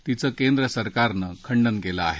तिचं केंद्रसरकारनं खंडन केलं आहे